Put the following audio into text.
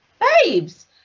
babes